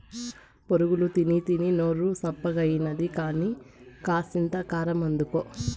బొరుగులు తినీతినీ నోరు సప్పగాయినది కానీ, కాసింత కారమందుకో